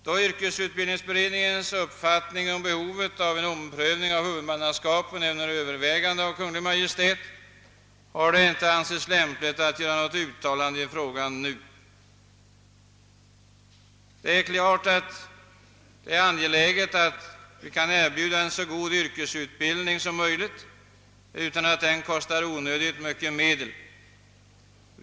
Då yrkesutbildningsberedningens uppfattning om behovet av en omprövning av huvudmannaskapet är under övervägande av Kungl. Maj:t, har det inte ansetts lämpligt att nu göra något uttalande i frågan. Det är angeläget att vi kan erbjuda en så god yrkesutbildning som möjligt utan att den kostar onödigt mycket.